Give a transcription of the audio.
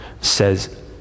says